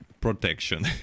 protection